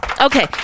Okay